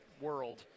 world